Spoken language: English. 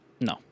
no